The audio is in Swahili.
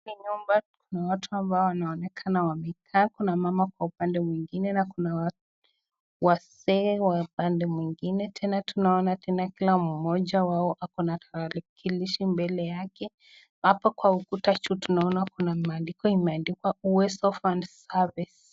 Ni nyumba watu ambao wanaonekana wamekaa kuna mama kwa upande mmoja na tena kuna wazee mwingine, tena tunaona tena mmoja wao ako na tarakilishi mbele yake, hapo kwa ukuta juu tunaona maandiko imeandikwa Uwezo Fund Service